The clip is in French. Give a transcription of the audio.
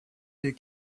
des